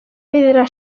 pedra